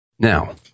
Now